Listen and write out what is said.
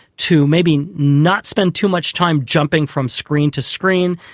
to maybe not spend too much time jumping from screen to screen,